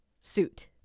suit